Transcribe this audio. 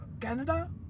Canada